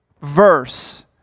verse